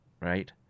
Right